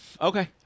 Okay